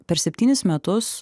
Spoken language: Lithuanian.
per septynis metus